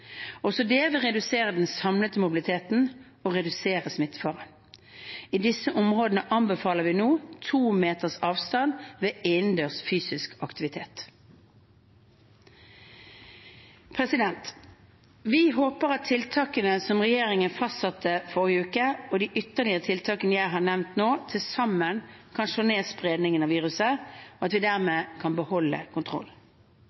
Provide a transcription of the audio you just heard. Også det vil redusere den samlede mobiliteten og redusere smittefaren. I disse områdene anbefaler vi nå to meters avstand ved innendørs fysisk aktivitet. Vi håper at tiltakene som regjeringen fastsatte forrige uke, og de ytterligere tiltakene jeg har nevnt nå, til sammen kan slå ned spredningen av viruset, og at vi